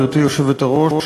גברתי היושבת-ראש,